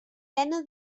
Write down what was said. pena